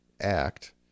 act